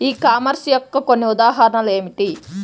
ఈ కామర్స్ యొక్క కొన్ని ఉదాహరణలు ఏమిటి?